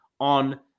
on